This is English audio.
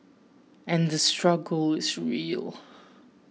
and the struggle is real